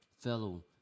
fellow